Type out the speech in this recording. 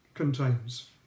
contains